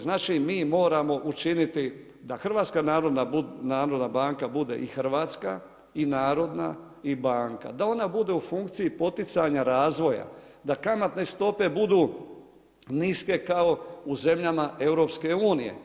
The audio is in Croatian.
Znači mi moramo učiniti da HNB bude i hrvatska i narodna i banka, da ona bude u funkciji poticanja razvoja, da kamatne stope budu niske kao u zemljama EU.